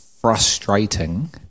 frustrating